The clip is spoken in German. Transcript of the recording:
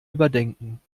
überdenken